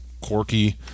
quirky